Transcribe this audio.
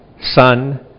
Son